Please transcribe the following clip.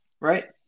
right